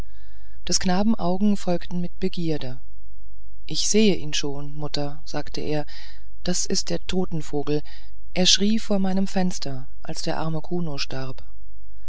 des knaben augen folgten mit begierde ich seh ihn schon mutter sagte er das ist der totenvogel er schrie vor meinem fenster als der arme kuno starb